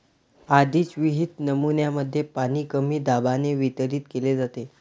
आधीच विहित नमुन्यांमध्ये पाणी कमी दाबाने वितरित केले जाते